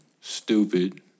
stupid